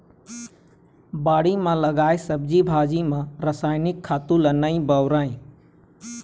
बाड़ी म लगाए सब्जी भाजी म रसायनिक खातू ल नइ बउरय